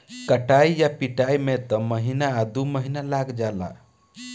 कटाई आ पिटाई में त महीना आ दु महीना लाग जाला